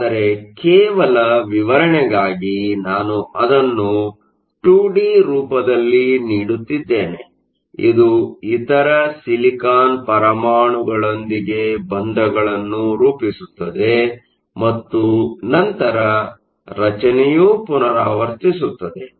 ಆದರೆ ಕೇವಲ ವಿವರಣೆಗಾಗಿ ನಾನು ಅದನ್ನು 2 ಡಿ ರೂಪದಲ್ಲಿ ನೀಡುತ್ತಿದ್ದೇನೆ ಇದು ಇತರ ಸಿಲಿಕಾನ್ ಪರಮಾಣುಗಳೊಂದಿಗೆ ಬಂಧಗಳನ್ನು ರೂಪಿಸುತ್ತದೆ ಮತ್ತು ನಂತರ ರಚನೆಯು ಪುನರಾವರ್ತಿಸುತ್ತದೆ